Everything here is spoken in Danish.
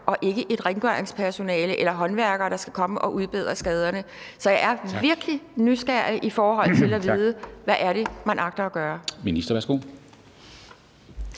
det ikke er rengøringspersonale eller håndværkere, der skal komme og udbedre skaderne. Så jeg er virkelig nysgerrig efter at vide, hvad det er, man agter at gøre.